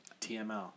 TML